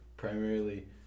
Primarily